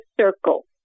circle